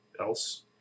else